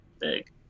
big